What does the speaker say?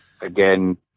again